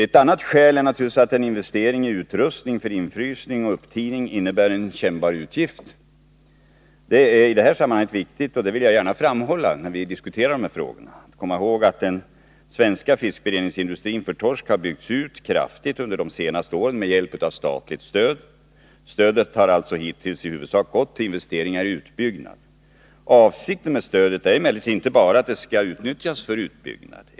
Ett annat skäl är naturligtvis att investeringen i utrustning för infrysning och upptining innebär en kännbar utgift. Det är i det här sammanhanget viktigt— och det vill jag gärna framhålla när vi diskuterar de här frågorna — att komma ihåg att den svenska fiskberedningsindustrin för torsk kraftigt byggts ut under de senaste åren med hjälp av statligt stöd. Stödet har hittills i huvudsak använts till investeringar i utbyggnad. Avsikten med stödet är emellertid inte bara att det skall utnyttjas för utbyggnad.